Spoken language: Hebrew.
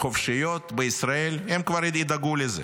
חופשיות בישראל, הם כבר ידעו וידאגו לזה.